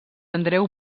andreu